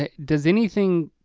ah does anything